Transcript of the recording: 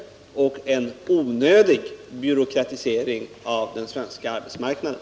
Det skulle innebära en onödig byråkratisering av den svenska arbetsmarknaden.